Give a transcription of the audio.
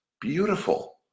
beautiful